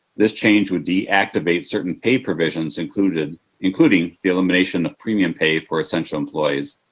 this change would deactivate certain pay provisions including including the elimination of premium pay for essential employees.